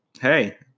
hey